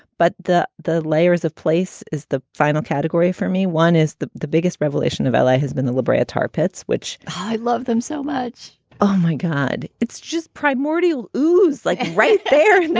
but the the layers of place is the final category for me. one is the the biggest revelation of l a. has been the labrie tar pits, which i love them so much oh, my god. it's just primordial who's like right there.